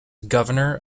governor